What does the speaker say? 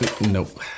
Nope